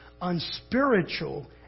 unspiritual